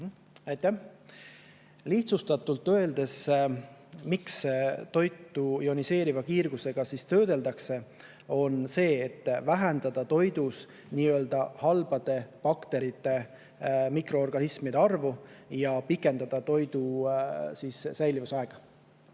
Aitäh! Lihtsustatult öeldes, miks toitu ioniseeriva kiirgusega töödeldakse, on see, et vähendada toidus nii-öelda halbade bakterite ja mikroorganismide arvu ja pikendada toidu säilivusaega.